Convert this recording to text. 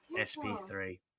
SP3